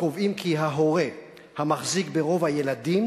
הקובעים כי ההורה המחזיק ברוב הילדים